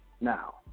Now